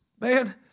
man